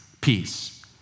peace